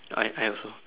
I I also